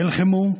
נלחמו,